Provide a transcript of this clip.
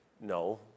No